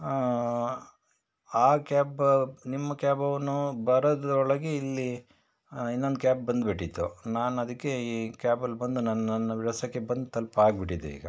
ಆ ಕ್ಯಾಬ್ ನಿಮ್ಮ ಕ್ಯಾಬವನು ಬರೋದರೊಳಗೆ ಇಲ್ಲಿ ಇನ್ನೊಂದು ಕ್ಯಾಬ್ ಬಂದು ಬಿಟ್ಟಿತ್ತು ನಾನು ಅದಕ್ಕೆ ಈ ಕ್ಯಾಬಲ್ಲಿ ಬಂದು ನನ್ನ ನನ್ನ ವಿಳಾಸಕ್ಕೆ ಬಂದು ತಲುಪಾಗ್ಬಿಟ್ಟಿದೆ ಈಗ